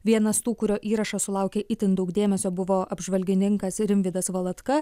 vienas tų kurio įrašas sulaukė itin daug dėmesio buvo apžvalgininkas rimvydas valatka